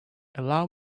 allow